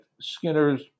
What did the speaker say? Skinner's